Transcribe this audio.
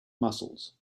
muscles